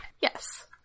yes